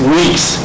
weeks